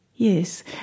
Yes